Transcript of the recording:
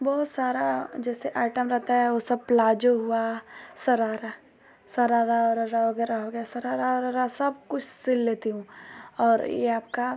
बहुत सारा जैसे आइटम रहता है वो सब प्लाजो हुआ शरारा शरारा ओरारा वगैरह हो गया शरारा ओरारा सब कुछ सिल लेती हूँ और ये आपका